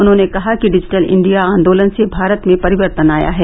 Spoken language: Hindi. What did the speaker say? उन्होंने कहा कि डिजिटल इंडिया आन्दोलन से भारत में परिवर्तन आया है